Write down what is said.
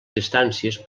distàncies